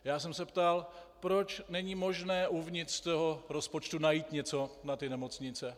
Já jsem se ptal, proč není možné uvnitř toho rozpočtu najít něco na ty nemocnice.